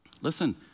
Listen